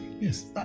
yes